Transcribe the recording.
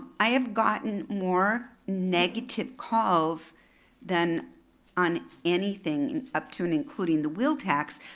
i have gotten more negative calls than on anything, and up to and including the will tax,